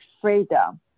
freedom